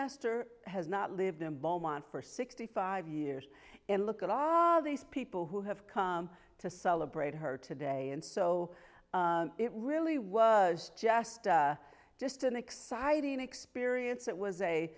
esther has not lived in beaumont for sixty five years and look at all these people who have come to celebrate her today and so it really was just just an exciting experience that was a